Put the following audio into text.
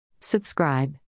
Subscribe